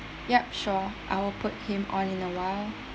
ya sure I will put him on in a while